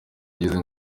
ageze